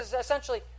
essentially